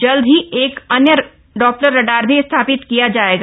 जल्द ही एक अन्य डॉप्लर रडार भी स्थापित किया जायेगा